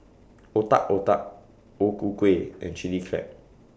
Otak Otak O Ku Kueh and Chili Crab